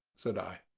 said i.